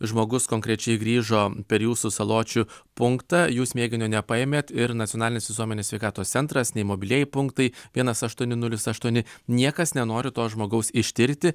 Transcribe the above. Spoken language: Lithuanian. žmogus konkrečiai grįžo per jūsų saločių punktą jūs mėginio nepaėmėt ir nacionalinis visuomenės sveikatos centras nei mobilieji punktai vienas aštuoni nulis aštuoni niekas nenori to žmogaus ištirti